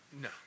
No